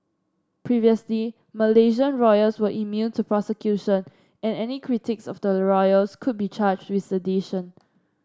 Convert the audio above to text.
previously Malaysian royals were immune to prosecution and any critics of the royals could be charged with sedition